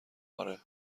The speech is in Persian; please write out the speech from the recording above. آره